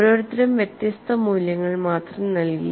ഓരോരുത്തരും വ്യത്യസ്ത മൂല്യങ്ങൾ മാത്രം നൽകി